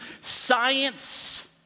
science